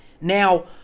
Now